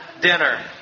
dinner